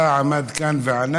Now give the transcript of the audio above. הוא בא, עמד כאן וענה: